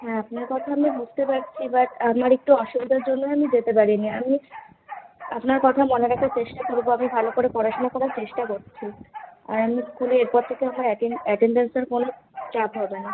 হ্যাঁ আপনার কথা আমি বুঝতে পারছি বাট আমার একটু অসুবিধার জন্যই আমি যেতে পারিনি আমি আপনার কথা মনে রাখার চেষ্টা করব আমি ভালো করে পড়াশোনা করার চেষ্টা করছি আর আমি স্কুলে এরপর থেকে আমার অ্যাটেনডেন্সের কোনো চাপ হবে না